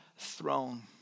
throne